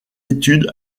études